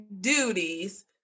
duties